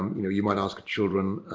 you know you might ask children,